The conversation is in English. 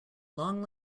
long